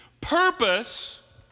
purpose